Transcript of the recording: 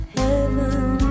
heaven